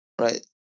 Right